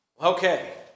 Okay